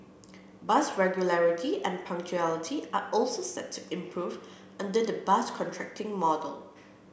bus regularity and punctuality are also set to improve under the bus contracting model